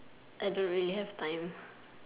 I don't really have time